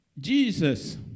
Jesus